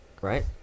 Right